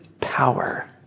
power